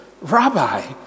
Rabbi